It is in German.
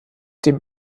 dem